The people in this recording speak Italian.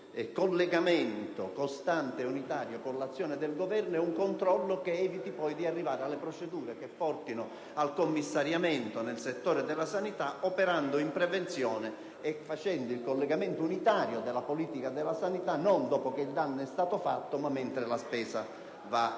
di collegamento costante e unitario con l'azione del Governo e un controllo che eviti poi procedure che portino al commissariamento nel settore della sanità, operando in prevenzione e facendo il collegamento unitario della politica della sanità non dopo che il danno è stato fatto, ma mentre la spesa va avanti.